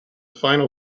final